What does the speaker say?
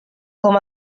com